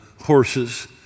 horses